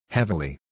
Heavily